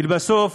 ולבסוף,